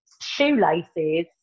shoelaces